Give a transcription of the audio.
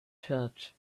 church